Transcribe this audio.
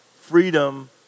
freedom